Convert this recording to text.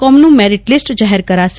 કોમનું merit list જાહેર કરાશે